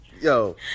Yo